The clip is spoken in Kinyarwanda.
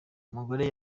umugore